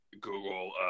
Google